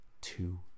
two